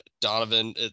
Donovan